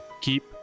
keep